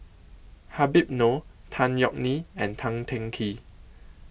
Habib Noh Tan Yeok Nee and Tan Teng Kee